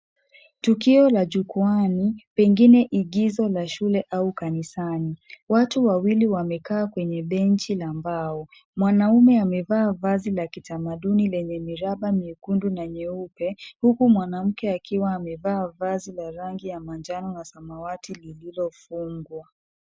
Tukio la jukwaani, pengine igizo la shule au kanisani. Watu wawili wamekaa kwenye benji la mbao. Mwanaume amevaa vazi la kitamaduni lenye miraba miekundu na mieupe, huku mwanamke akiwa amevaa vazi la rangi ya manjano na samawati lililofungwa.